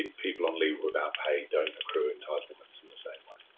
people on leave without pay don't accrue entitlements in the same way.